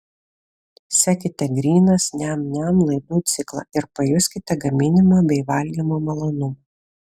sekite grynas niam niam laidų ciklą ir pajuskite gaminimo bei valgymo malonumą